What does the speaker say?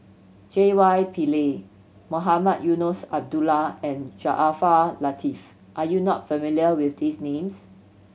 J Y Pillay Mohamed Eunos Abdullah and Jaafar Latiff are you not familiar with these names